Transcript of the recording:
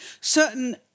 certain